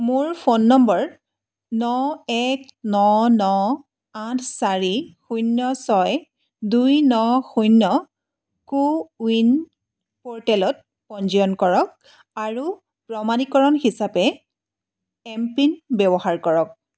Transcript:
মোৰ phone number ন এক ন ন আঠ চাৰি শূন্য ছয় দুই ন শূন্য কো ৱিন প'ৰ্টেলত পঞ্জীয়ন কৰক আৰু প্ৰমাণীকৰণ হিচাপে এমপিন ব্যৱহাৰ কৰক